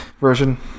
version